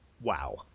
wow